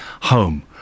Home